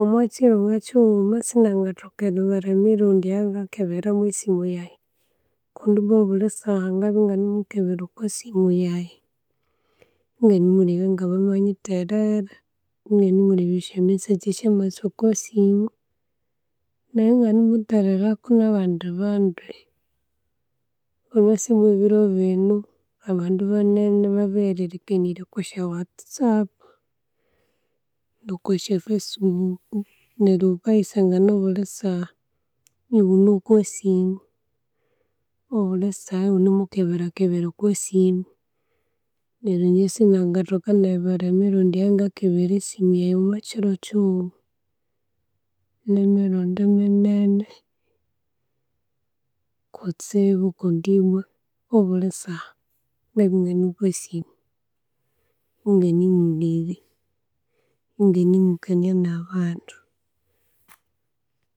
Omwakighuma sinangathoka eribara emirundi eyangakabera mwesimu yaghi kundi ibwa obulhi saha ngabya inganemukebera okwa simu yaghi inganimulebya nga bamanyiterera, inganemulebya esyomeseji esyamasa okwo siimu, nayi ingani mutereraku nabandi bandu. Amasimu webirobiino abandu banene babeghere erikanirya okwa sya whatisapu, nokwa sya fesibuuku, neryu ghukaghisangana obuuli saha ighune okwasimu, obuli saha ighunemukeberakebera okwa siimu neryu ingye sinangathoka neribara emirundi eyanga kebera esiimu yaghi omwa kiiro kighuma. Nimirundi minene kutsibu kundi bwa obuuli saha ngabya ingane okwa siimu ingane mulebya, inganemukania nabandu.